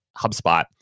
HubSpot